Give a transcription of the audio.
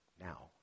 now